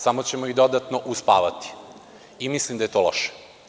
Samo ćemo ih dodatno uspavati i mislim da je to loše.